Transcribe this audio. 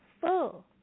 full